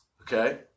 Okay